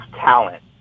talent